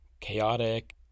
chaotic